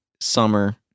summer